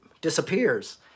disappears